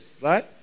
right